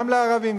גם לערבים,